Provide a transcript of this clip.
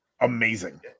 Amazing